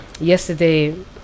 Yesterday